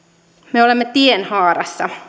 me olemme tienhaarassa